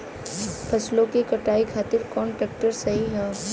फसलों के कटाई खातिर कौन ट्रैक्टर सही ह?